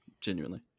genuinely